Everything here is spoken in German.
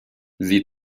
sie